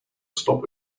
stop